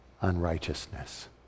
unrighteousness